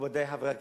מכובדי חברי הכנסת,